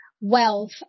wealth